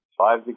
Five